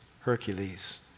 Hercules